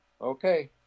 Okay